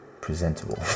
presentable